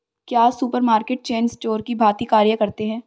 क्या supermarket chain store की भांति कार्य करते हैं?